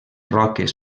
roques